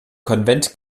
konvent